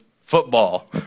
football